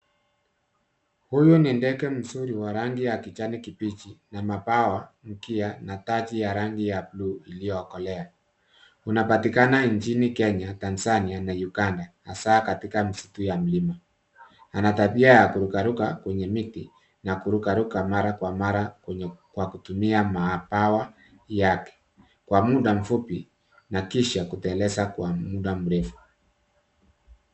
Huyu ni ndege mzuri wa rangi ya kijani kibichi na mabawa, mkia na taji ya rangi ya blue iliyokolea. Unapatikana nchini Kenya, Tanzania na Uganda hasa katika msitu ya mlima. Ana tabia ya kurukaruka kwenye miti na kuruka mara kwa mara kwa kutumia mabawa yake kwa muda mfupi na kisha kuteleza kwa muda mrefu.